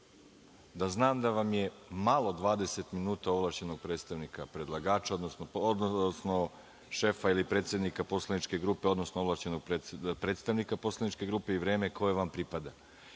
Da, znam da vam je malo 20 minuta ovlašćenog predstavnika predlagača, odnosno šefa ili predsednika poslaničke grupe, odnosno ovlašćenog predstavnika poslaničke grupe i vreme koje vam pripada.